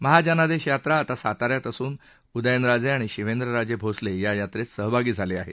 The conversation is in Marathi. महाजनादेश यात्रा आता साताऱ्यात असून उदयन राजे आणि शिवेंद्र राजे भोसले या यात्रेत सहभागी झाले आहेत